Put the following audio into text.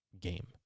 game